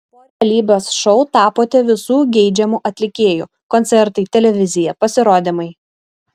po realybės šou tapote visų geidžiamu atlikėju koncertai televizija pasirodymai